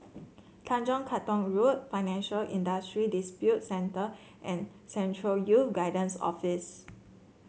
Tanjong Katong Road Financial Industry Dispute Center and Central Youth Guidance Office